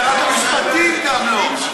שרת המשפטים גם לא.